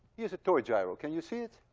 is a toy gyro. can you see it?